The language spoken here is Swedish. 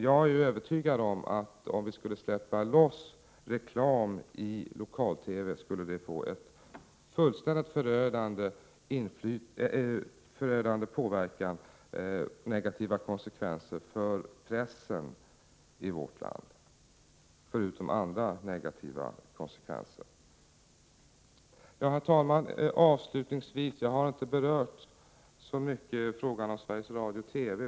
Jag är övertygad om att om vi skulle släppa loss reklam i lokal-TV skulle det få fullständigt förödande följder för pressen i vårt land förutom alla andra negativa konsekvenser. Herr talman! Jag har inte så mycket berört frågan om Sveriges Radio och TV.